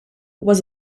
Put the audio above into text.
was